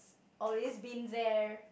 always been there